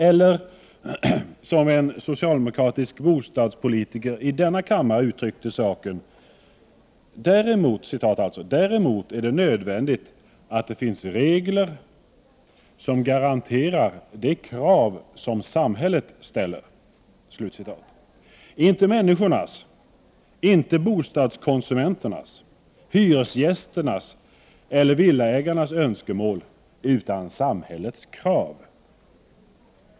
Eller, som en socialdemokratisk bostadspolitiker i denna kammare uttryckte saken: ”Däremot är det nödvändigt att det finns regler som garanterar de krav som samhället ställer ———-.”— Inte människornas, inte bostadskonsu menternas, hyresgästernas eller villaägarnas önskemål, utan samhällets krav.